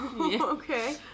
Okay